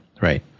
Right